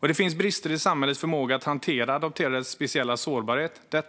Det finns brister i samhällets förmåga att hantera adopterades speciella sårbarhet.